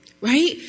Right